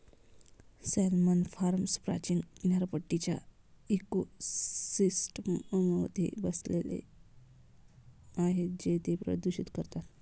salmon farms प्राचीन किनारपट्टीच्या इकोसिस्टममध्ये बसले आहेत जे ते प्रदूषित करतात